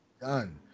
Done